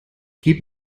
gib